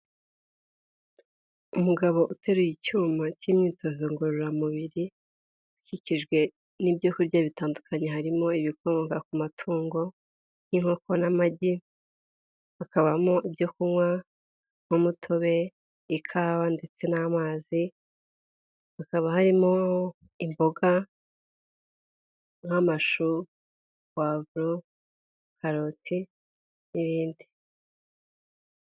Umugabo uteruye icyuma cy'imyitozo ngororamubiri ukikijwe n'ibyo kurya bitandukanye, harimo ibikomoka ku matungo nk'inkoko n'amagi, hakabamo ibyo kunywa, nk'umutobe, ikawa ndetse n'amazi hakaba harimo imboga, nk'amashu puwavuro, karoti n'ibindi.